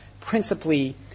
principally